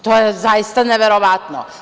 To je zaista neverovatno.